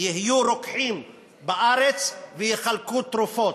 יהיו רוקחים בארץ ויחלקו תרופות.